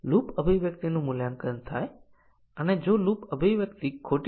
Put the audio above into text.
અને એ પણ કેટલાક કવરેજ મેળવી શકાતા નથી